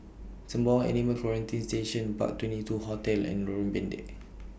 Sembawang Animal Quarantine Station Park twenty two Hotel and Lorong Pendek